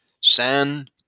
San